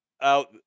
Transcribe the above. out